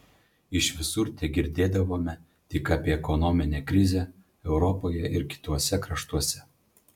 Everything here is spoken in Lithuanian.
iš visur tegirdėdavome tik apie ekonominę krizę europoje ir kituose kraštuose